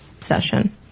session